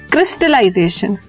Crystallization